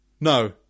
No